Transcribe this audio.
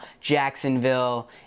Jacksonville